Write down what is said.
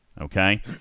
okay